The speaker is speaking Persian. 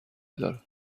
دارد